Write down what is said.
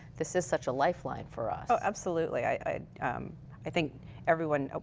this is such a life line for us. absolutely. i i think everyone,